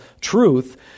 truth